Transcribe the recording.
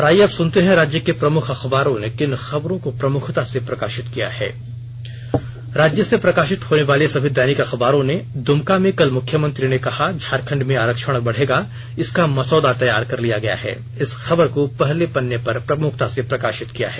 और आईये अब सुनते हैं राज्य के प्रमुख अखबारों ने किन खबरों को प्रमुखता से प्रकाशित किया है राज्य से प्रकाशित होने वाले सभी दैनिक अखबारों ने दुमका में कल मुख्यमंत्री ने कहा झारखंड में आरक्षण बढ़ेगा इसका मसौदा तैयार कर लिया गया है इस खबर को पहले पन्ने पर प्रमुखता से प्रकाशित किया है